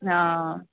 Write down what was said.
हा